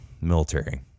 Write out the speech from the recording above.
military